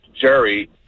Jerry